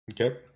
Okay